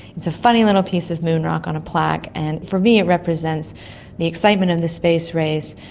it's a funny little piece of moon rock on a plaque, and for me it represents the excitement of the space race,